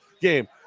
game